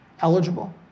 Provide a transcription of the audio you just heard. eligible